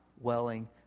welling